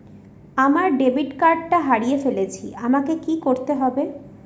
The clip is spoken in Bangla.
আমার ডেবিট কার্ডটা হারিয়ে ফেলেছি আমাকে কি করতে হবে?